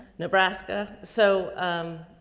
nebraska. so, um,